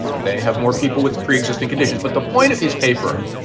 they have more people with pre-existing conditions. but the point of his paper,